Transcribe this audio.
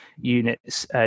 units